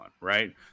right